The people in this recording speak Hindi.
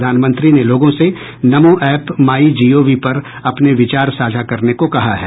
प्रधानमंत्री ने लोगों से नमो ऐप माइ जीओवी पर अपने विचार साझा करने को कहा है